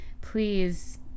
please